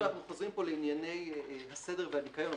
אנחנו חוזרים שוב לענייני הסדר והניקיון,